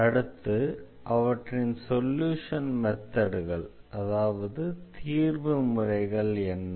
அடுத்து அவற்றின் சொல்யுஷன் மெத்தட்கள் அதாவது தீர்வு முறைகள் என்ன